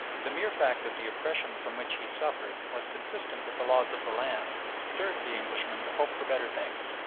the mere fact that the oppression from which he suffered was consistent with the laws of the land stirred the englishman to hope for better things,